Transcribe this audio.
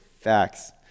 facts